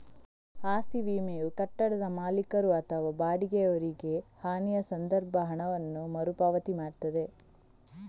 ಆಸ್ತಿ ವಿಮೆಯು ಕಟ್ಟಡದ ಮಾಲೀಕರು ಅಥವಾ ಬಾಡಿಗೆಯವರಿಗೆ ಹಾನಿಯ ಸಂದರ್ಭ ಹಣವನ್ನ ಮರು ಪಾವತಿ ಮಾಡ್ತದೆ